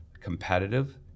competitive